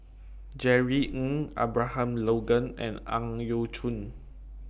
Jerry Ng Abraham Logan and Ang Yau Choon